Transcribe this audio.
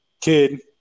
kid